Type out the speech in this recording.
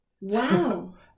Wow